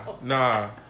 nah